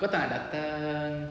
kau tak nak datang